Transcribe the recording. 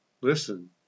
Listen